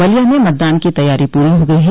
बलिया में मतदान की तैयारी पूरी हो गई है